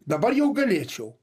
dabar jau galėčiau